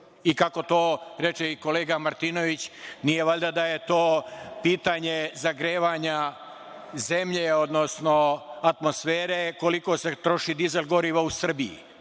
I kako to reče i kolega Martinović, nije valjda to pitanje zagrevanja zemlje odnosno atmosfere koliko se troši dizel goriva u Srbiji?